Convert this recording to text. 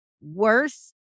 worse